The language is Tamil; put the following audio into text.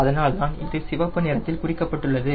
அதனால்தான் இது சிவப்பு நிறத்தில் குறிக்கப்பட்டுள்ளது